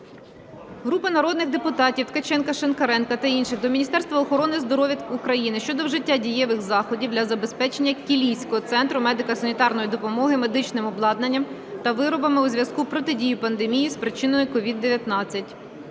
Групи народних депутатів (Ткаченка, Шинкаренка та інших) до Міністерства охорони здоров'я України щодо вжиття дієвих заходів для забезпечення Кілійського центру медико-санітарної допомоги медичним обладнанням та виробами у зв'язку з протидією пандемії спричиненої COVID -19.